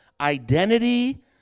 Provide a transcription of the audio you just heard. identity